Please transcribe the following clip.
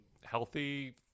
healthy